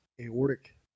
aortic